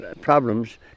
problems